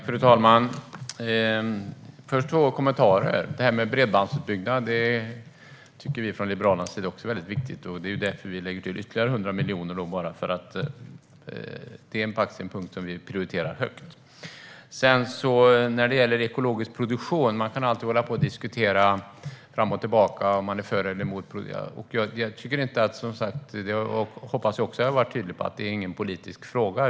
Fru talman! Först har jag två kommenterar. Detta med bredbandsutbyggnad tycker också vi från Liberalerna är väldigt viktigt. Det är därför vi lägger till ytterligare 100 miljoner. Det är en punkt som vi prioriterar högt. När det gäller ekologisk produktion kan man alltid diskutera fram och tillbaka om man är för eller emot den. Jag hoppas att jag har varit tydlig med att det inte är någon politisk fråga.